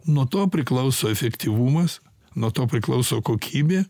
nuo to priklauso efektyvumas nuo to priklauso kokybė